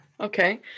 Okay